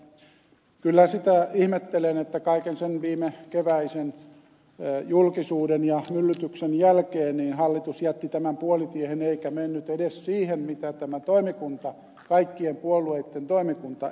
mutta kyllä sitä ihmettelen että kaiken sen viime keväisen julkisuuden ja myllytyksen jälkeen hallitus jätti tämän puolitiehen eikä mennyt edes siihen mitä tämä kaikkien puolueitten toimikunta esitti